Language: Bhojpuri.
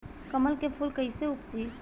कमल के फूल कईसे उपजी?